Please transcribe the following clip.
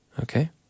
Okay